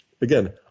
again